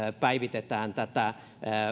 päivitetään tätä